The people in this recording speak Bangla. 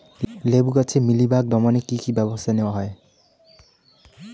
লেবু গাছে মিলিবাগ দমনে কী কী ব্যবস্থা নেওয়া হয়?